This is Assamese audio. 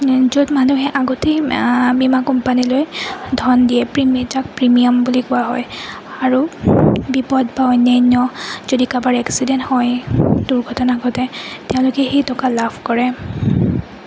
য'ত মানুহে আগতেই বীমা কোম্পানীলৈ ধন দিয়ে প্ৰিম তাক প্ৰিমিয়াম বুলি কোৱা হয় আৰু বিপদ বা অন্যান্য যদি কাৰোবাৰ এক্সিডেণ্ট হয় দুৰ্ঘটনা ঘটে তেওঁলোকে সেই টকা লাভ কৰে